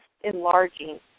enlarging